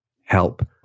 help